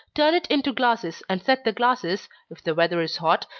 turn it into glasses, and set the glasses, if the weather is hot,